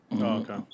Okay